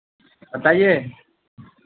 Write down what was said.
बताइए